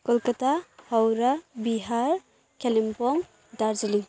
Calcutta Howrah Bihar Kalimpong Darjeeling